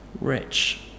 rich